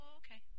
okay